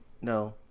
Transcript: No